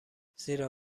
زیرا